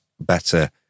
better